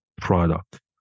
product